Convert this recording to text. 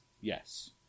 Yes